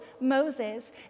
Moses